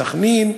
מסח'נין,